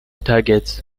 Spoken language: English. targets